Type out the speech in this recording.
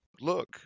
look